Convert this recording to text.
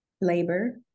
labor